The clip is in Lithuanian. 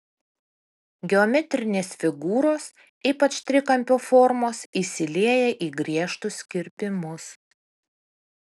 geometrinės figūros ypač trikampio formos įsilieja į griežtus kirpimus